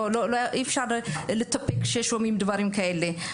אי אפשר להישאר אדישים כששומעים דברים כאלה.